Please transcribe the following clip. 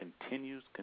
continues